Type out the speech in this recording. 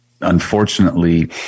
unfortunately